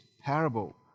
parable